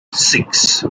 six